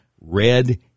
Red